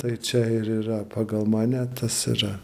tai čia ir yra pagal mane tas yra